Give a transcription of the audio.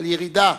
על ירידה